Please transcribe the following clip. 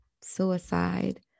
suicide